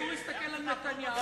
הציבור הסתכל על נתניהו,